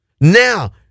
Now